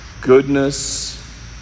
goodness